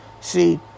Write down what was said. See